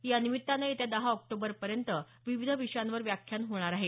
या निमित्तानं येत्या दहा ऑक्टोबरपर्यंत विविध विषयांवर व्याखान होणार आहेत